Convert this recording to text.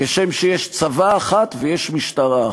כשם שיש צבא אחד ויש משטרה אחת.